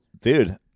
Dude